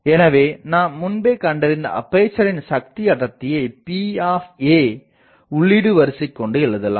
எனவே நாம் முன்பே கண்டறிந்த அப்பேசரின் சக்தி அடர்த்தியை Pஉள்ளீடு வரிசை கொண்டு எழுதலாம்